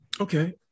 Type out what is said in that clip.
Okay